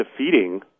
defeating